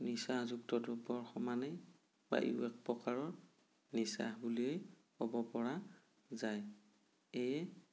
নিচাযুক্ত দ্ৰব্যৰ সমানেই বা ইয়ো এক প্ৰকাৰৰ নিচা বুলিয়েই ক'ব পৰা যায় সেয়ে